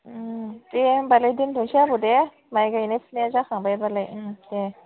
दे होनबालाय दोनथ'सै आब' दे माइ गायनाय फुनाया जाखांबायबालाय दे